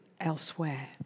elsewhere